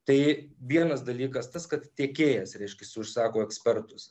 tai vienas dalykas tas kad tiekėjas reiškiasi užsako ekspertus